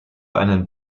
einen